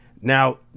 now